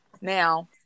Now